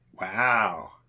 Wow